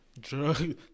drug